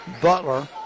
Butler